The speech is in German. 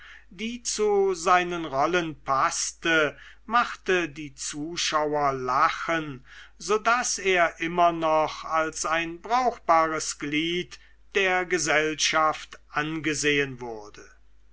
die zu seinen rollen paßte machte die zuschauer lachen so daß er immer noch als ein brauchbares glied der gesellschaft angesehen wurde